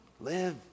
live